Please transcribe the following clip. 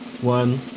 One